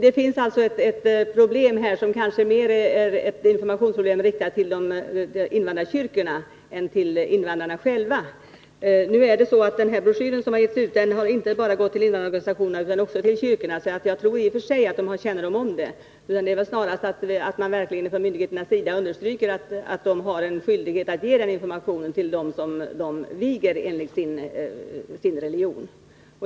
Det finns alltså ett problem, som kanske mer är ett informationsproblem riktat till invandrarkyrkorna än till invandrarna själva. Nu är det så att den broschyr som har getts ut inte bara har gått till invandrarorganisationerna utan också till kyrkorna, så jag tror att de i och för sig har kännedom om det här. Det är väl snarast viktigt att det från myndigheternas sida understryks att kyrkorna har skyldighet att ge information till de par som de viger enligt sin religion.